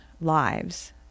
lives